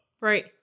Right